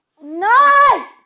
No